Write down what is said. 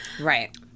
Right